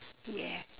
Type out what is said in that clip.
yeah